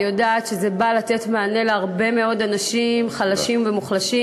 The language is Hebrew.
יודעת שזה בא לתת מענה להרבה מאוד אנשים חלשים ומוחלשים,